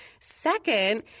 Second